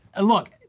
Look